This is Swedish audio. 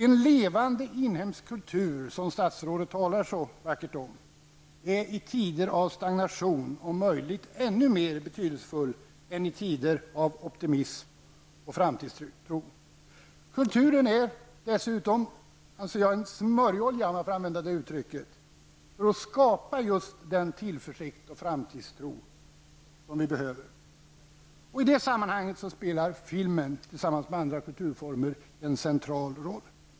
En levande inhemsk kultur, som statsrådet talar så vackert om, är i tider av stagnation om möjligt ännu mer betydelsefull än i tider av optimism och framtidstro. Kulturen är dessutom, anser jag, en smörjolja -- om jag får använda det uttrycket -- för att skapa just den tillförsikt och framtidstro som vi behöver. I det sammanhanget spelar filmen tillsammans med andra kulturformer en central roll.